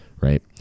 right